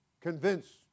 convince